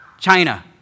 China